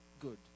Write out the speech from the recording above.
good